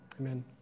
amen